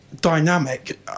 Dynamic